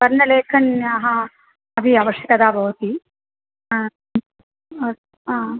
वर्नलेखन्यः अपि अवश्यकताः भवन्ति हा हा